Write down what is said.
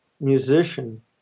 musician